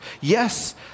Yes